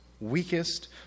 weakest